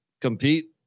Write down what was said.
compete